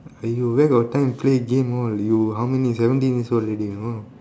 !aiyo! where got time play game all you how many seventeen years old already you know